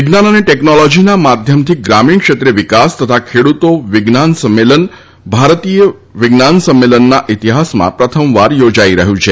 વિજ્ઞાન અને ટેકનોલોજીના માધ્યમથી ગ્રામીણ ક્ષેત્રે વિકાસ તથા ખેડૂતો વિજ્ઞાન સંમેલન ભારતીય વિજ્ઞાન સંમલનના ઈતિહાસમાં પ્રથમવાર યોજાઈ રહ્યું છે